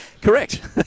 Correct